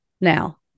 Now